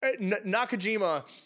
nakajima